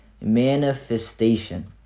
manifestation